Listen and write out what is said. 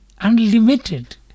unlimited